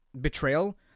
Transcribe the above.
betrayal